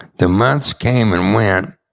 the months came and went,